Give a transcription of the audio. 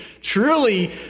truly